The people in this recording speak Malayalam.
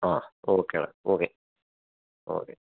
ആ ഓക്കെ എടാ ഓക്കെ ഓക്കെ